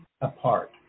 apart